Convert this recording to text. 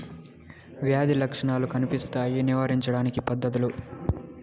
వ్యాధి లక్షణాలు కనిపిస్తాయి నివారించడానికి పద్ధతులు?